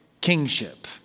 kingship